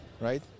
right